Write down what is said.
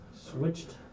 Switched